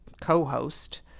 co-host